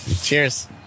cheers